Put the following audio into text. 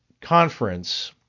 conference